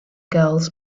girls